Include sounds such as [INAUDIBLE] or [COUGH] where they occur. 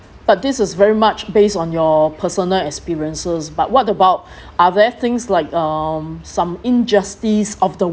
but this is very much based on your personal experiences but what about [BREATH] are there things like um some injustice of the